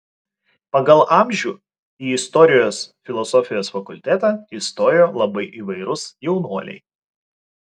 pagal amžių į istorijos filosofijos fakultetą įstojo labai įvairūs jaunuoliai